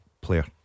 player